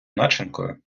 начинкою